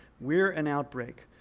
we're an outbreak.